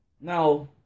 Now